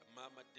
Mama